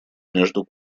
между